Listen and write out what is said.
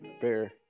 Bear